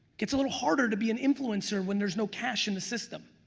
it's a little harder to be an influencer when there's no cash in the system.